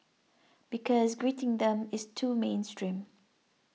because greeting them is too mainstream